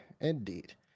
Indeed